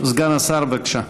סגן השר, בבקשה.